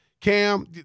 Cam